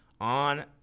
on